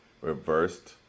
reversed